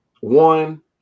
One